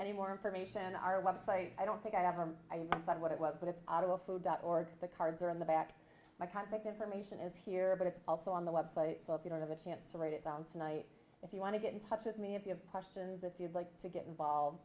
any more information on our website i don't think i have a i found what it was but it's out of the food or the cards are in the back my contact information is here but it's also on the website so if you don't have a chance to write it down tonight if you want to get in touch with me if you have questions if you'd like to get involved